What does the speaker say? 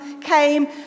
came